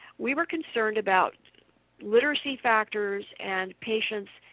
we were concerned about literacy factors and patients'